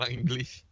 English